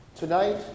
Tonight